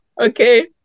okay